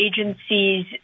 agencies